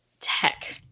tech